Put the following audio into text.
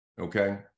Okay